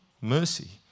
mercy